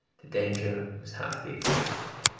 the danger was half the excitement.